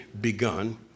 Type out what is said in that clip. begun